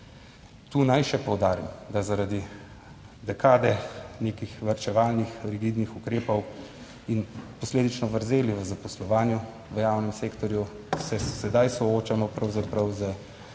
Tu naj še poudarim, da zaradi dekade nekih varčevalnih rigidnih ukrepov in posledično vrzeli v zaposlovanju v javnem sektorju, se sedaj soočamo pravzaprav z,